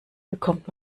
bekommt